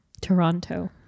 Toronto